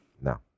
No